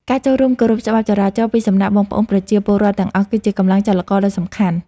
ការចូលរួមគោរពច្បាប់ចរាចរណ៍ពីសំណាក់បងប្អូនប្រជាពលរដ្ឋទាំងអស់ គឺជាកម្លាំងចលករដ៏សំខាន់។